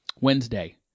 Wednesday